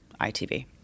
ITV